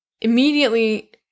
Immediately